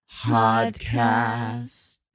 podcast